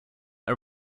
are